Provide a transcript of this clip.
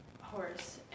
horse